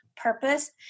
purpose